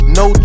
no